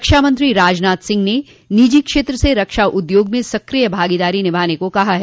रक्षामंत्री राजनाथ सिंह ने निजी क्षेत्र से रक्षा उद्योग में सक्रिय भागीदारी निभाने को कहा है